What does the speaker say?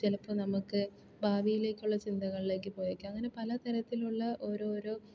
ചിലപ്പം നമുക്ക് ഭാവിയിലേക്കുള്ള ചിന്തകളിലേക്ക് പോയേക്കാം അങ്ങനെ പലതരത്തിലുള്ള ഓരോരോ